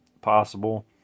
possible